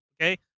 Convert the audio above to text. okay